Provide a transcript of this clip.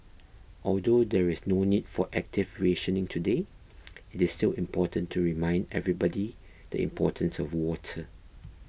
although there is no need for active rationing today it is still important to remind everybody the importance of water